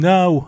Now